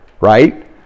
Right